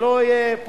שלא יהיה,